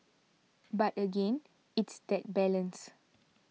but again it's that balance